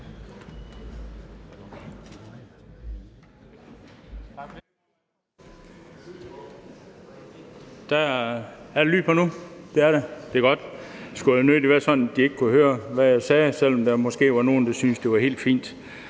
det. Er der lyd på nu? Det er godt, for det skulle jo nødig være sådan, at de ikke kunne høre, hvad jeg sagde, selv om der måske er nogle, der synes, det kunne være helt fint